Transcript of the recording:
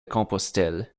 compostelle